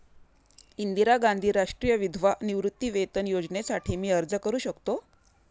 इंदिरा गांधी राष्ट्रीय विधवा निवृत्तीवेतन योजनेसाठी मी अर्ज करू शकतो?